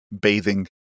bathing